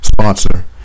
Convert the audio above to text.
sponsor